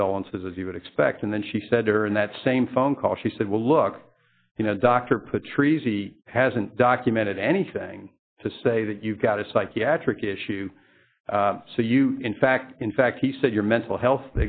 condolences as you would expect and then she said to her in that same phone call she said well look you know dr patrice he hasn't documented anything to say that you've got a psychiatric issue so you in fact in fact he said your mental health